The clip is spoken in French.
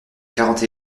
quarante